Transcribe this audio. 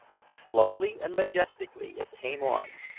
slowly and majestically it came on,